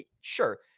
sure